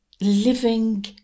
Living